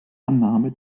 annahme